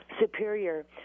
superior